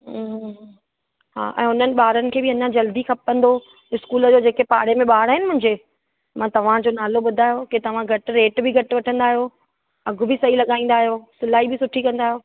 हम्म हा ऐं उन्हनि ॿारनि खे बि अञा जल्दी खपंदो इस्कूल जो जेके पाड़े में ॿार आहिनि मुंंहिंजे मां तव्हांजो नालो ॿुधायो कि तव्हां घटि रेट बि घटि वठंदा आहियो अघु बि सही लॻाईंदा आहियो सिलाई बि सुठी कंदा आहियो